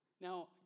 Now